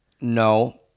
No